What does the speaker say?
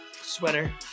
sweater